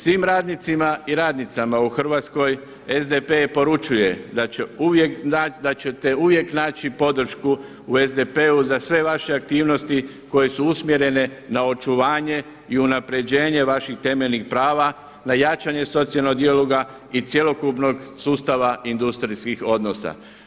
Svim radnicama i radnicima u Hrvatskoj SDP poručuje da ćete uvijek naći podršku u SDP-u za sve vaše aktivnosti koje su usmjerenje na očuvanje i unapređenje vaših temeljnih prava, na jačanje socijalnog dijaloga i cjelokupnog sustava industrijskih odnosa.